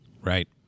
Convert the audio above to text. Right